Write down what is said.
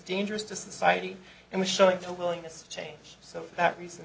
dangerous to society and was showing the willingness to change so that re